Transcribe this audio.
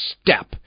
step